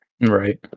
Right